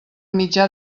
mitjà